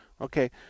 Okay